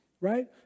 right